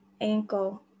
ankle